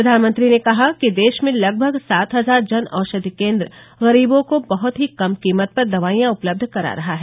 प्रधानमंत्री ने कहा कि देश में लगभग सात हजार जन औषधि केन्द्र गरीबों को बहत ही कम कीमत पर दवाईयां उपलब्ध करा रहा है